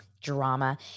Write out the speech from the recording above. drama